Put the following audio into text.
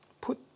Put